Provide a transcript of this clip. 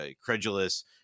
credulous